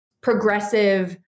progressive